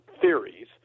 theories